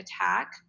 attack